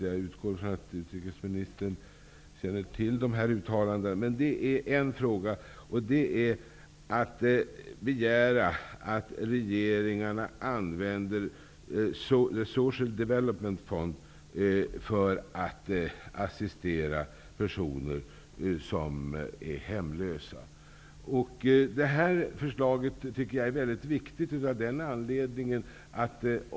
Jag utgår från att utrikesministern känner till de uttalanden det är fråga om. Det handlar om en begäran att regeringarna skall använda the Social Development Fund för att assistera personer som är hemlösa. Jag tycker att det är ett viktigt förslag.